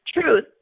truth